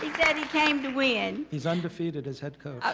daddy came to win. he's undefeated as head coach. ah